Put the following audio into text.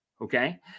okay